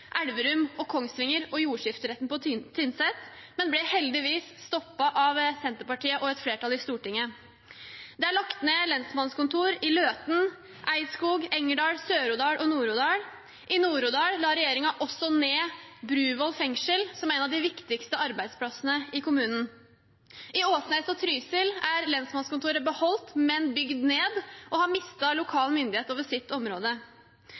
Elverum og Kongsvinger og jordskifteretten på Tynset, men ble heldigvis stoppet av Senterpartiet og et flertall i Stortinget. Det er lagt ned lensmannskontor i Løten, Eidskog, Engerdal, Sør-Odal og Nord-Odal. I Nord-Odal la regjeringen også ned Bruvoll fengsel, som er en av de viktigste arbeidsplassene i kommunen. I Åsnes og Trysil er lensmannskontoret beholdt, men bygd ned og har mistet lokal myndighet over sitt område.